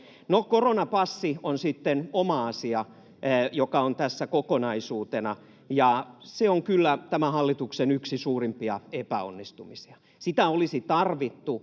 Koronapassi on sitten oma asiansa, joka on tässä kokonaisuutena, ja se on kyllä tämän hallituksen yksi suurimpia epäonnistumisia. Sitä olisi tarvittu